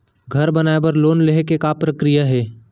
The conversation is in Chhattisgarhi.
घर बनाये बर लोन लेहे के का प्रक्रिया हे?